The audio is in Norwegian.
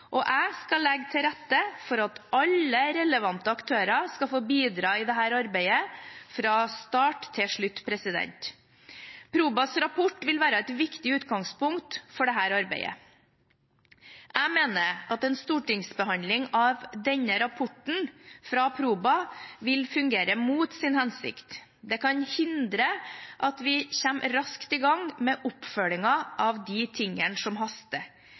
Jeg skal legge til rette for at alle relevante aktører skal få bidra i dette arbeidet fra start til slutt. Probas rapport vil være et viktig utgangspunkt for dette arbeidet. Jeg mener at en stortingsbehandling av denne rapporten fra Proba vil fungere mot sin hensikt. Det kan hindre at vi kommer raskt i gang med oppfølgingen av de tingene som haster,